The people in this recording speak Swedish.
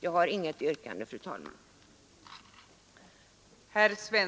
Jag har inget yrkande, fru talman.